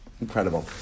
Incredible